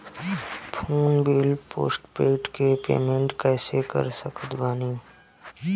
Phone bill postpaid के payment कैसे कर सकत बानी?